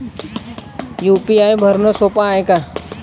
UPI भरनं सोप हाय का?